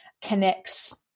connects